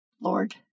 Lord